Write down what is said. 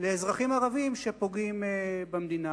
לאזרחים ערבים שפוגעים במדינה.